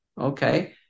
Okay